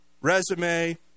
resume